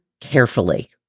carefully